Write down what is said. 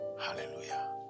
hallelujah